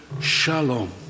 Shalom